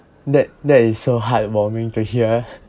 that that is so heartwarming to hear